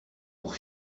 pour